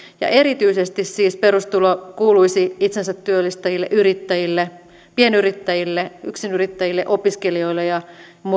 ja erityisesti perustulo siis kuuluisi itsensätyöllistäjille yrittäjille pienyrittäjille yksinyrittäjille opiskelijoille ja